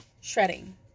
shredding